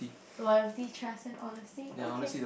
loyalty trust and honesty okay